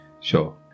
Sure